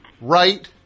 right